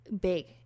big